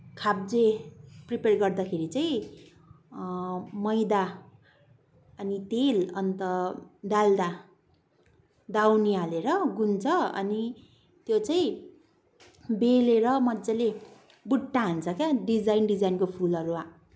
खाब्जे prepare गर्दाखेरी चाहिँ मैदा अनि तेल अनि त डाल्डा दाउनी हालेर गुन्छन् अनि त्यो चाहिँ बेलेर मज्जाले बुट्टा हाल्छन् के डिजाइन डिजाइनको फुलहरू